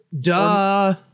Duh